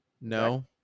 no